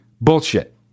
bullshit